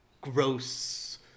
gross